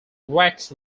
wax